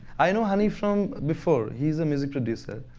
i know honey from before. he's a music producer,